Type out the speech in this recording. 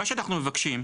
מה שאנחנו מבקשים,